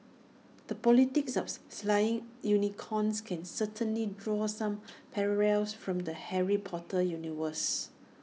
the politics of slaying unicorns can certainly draw some parallels from the Harry Potter universe